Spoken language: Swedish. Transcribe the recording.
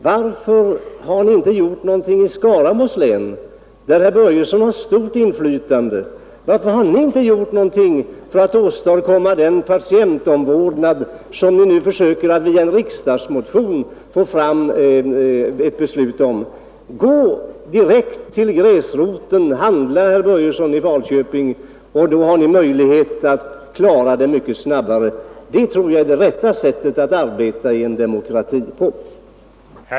Varför har det inte gjorts någonting i Skaraborgs län, där herr Börjesson har stort inflytande? Varför har ni inte där gjort någonting för att åstadkomma den patientomvårdnad som herr Börjesson nu försöker att via en motion få fram ett beslut om? Gå Nr 56 direkt till gräsroten, herr Börjesson i Falköping — då har ni möjlighet att Onsdagen den klara uppgiften mycket snabbare! Det tror jag är det rätta sättet att 12 april 1972 arbeta i en demokrati.